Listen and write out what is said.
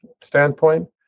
standpoint